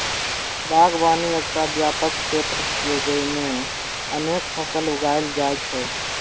बागवानी एकटा व्यापक क्षेत्र छियै, जेइमे अनेक फसल उगायल जाइ छै